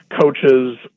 coaches